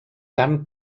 carn